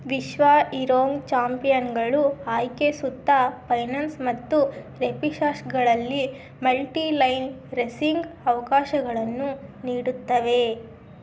ವಿಶ್ವ ಇರೋಂಗ್ ಚಾಂಪಿಯನ್ಗಳು ಆಯ್ಕೆ ಸುತ್ತು ಫೈನನ್ಸ್ ಮತ್ತು ರೆಪಿಷಾಷ್ಗಳಲ್ಲಿ ಮಲ್ಟಿಲೈನ್ ರೆಸಿಂಗ್ ಅವಕಾಶಗಳನ್ನು ನೀಡುತ್ತವೆ